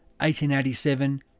1887